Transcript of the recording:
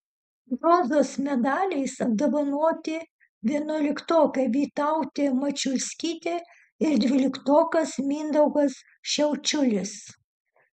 bronzos medaliais apdovanoti vienuoliktokė vytautė mačiulskytė ir dvyliktokas mindaugas šiaučiulis